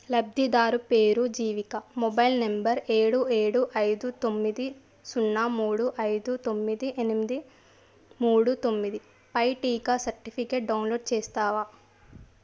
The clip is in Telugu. లబ్ధిదారు పేరు జీవిక మొబైల్ నంబర్ ఏడు ఏడు ఐదు తొమ్మిది సున్నా మూడు ఐదు తొమ్మిది ఎనిమిది మూడు తొమ్మిది పై టీకా సర్టిఫికేట్ డౌన్లోడ్ చేస్తావా